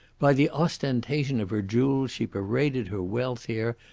by the ostentation of her jewels she paraded her wealth here,